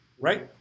right